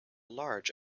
large